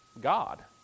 God